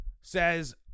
says